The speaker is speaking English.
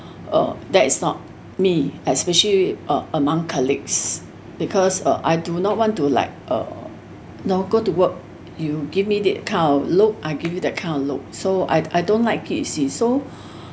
uh that is not me especially uh among colleagues because uh I do not want to like uh know go to work you give me this kind of look I give you that kind of look so I I don't like it you see so